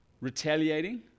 retaliating